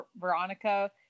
Veronica